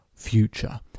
future